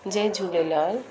Jay Jhulelal